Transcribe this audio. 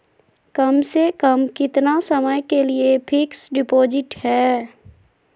कम से कम कितना समय के लिए फिक्स डिपोजिट है?